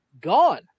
gone